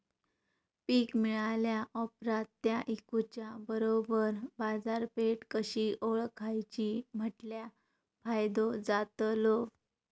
पीक मिळाल्या ऑप्रात ता इकुच्या बरोबर बाजारपेठ कशी ओळखाची म्हटल्या फायदो जातलो?